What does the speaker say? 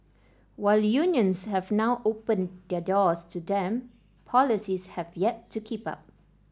while unions have now opened their doors to them policies have yet to keep up